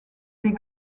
des